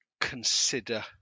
consider